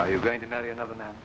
how you're going to marry another man